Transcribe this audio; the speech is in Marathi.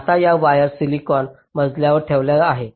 आता या वायर्स सिलिकॉन मजल्यावर ठेवल्या आहेत